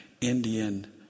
Indian